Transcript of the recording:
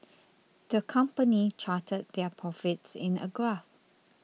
the company charted their profits in a graph